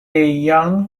young